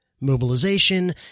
mobilization